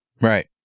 Right